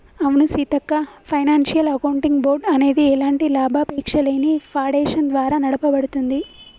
అవును Seethakka financial accounting board అనేది ఎలాంటి లాభాపేక్షలేని ఫాడేషన్ ద్వారా నడపబడుతుంది